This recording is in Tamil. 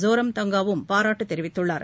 சோரம்தங்காவும் பாராட்டு தெரிவித்துள்ளார்